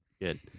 Good